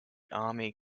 army